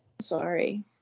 sorry